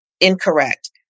incorrect